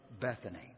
Bethany